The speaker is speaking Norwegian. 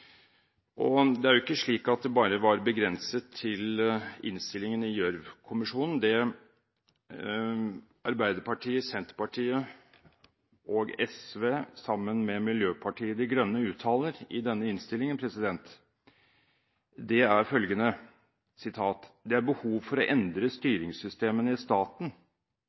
Det var ikke bare begrenset til innstillingen som var basert på Gjørv-kommisjonens rapport. Arbeiderpartiet, Senterpartiet, SV og Miljøpartiet De Grønne uttaler i dagens innstilling at «det er behov for å endre styringssystemene i staten».